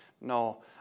No